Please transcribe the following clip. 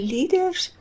Leader's